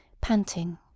panting